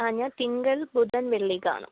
ആ ഞാൻ തിങ്കൾ ബുധൻ വെള്ളി കാണും